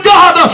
God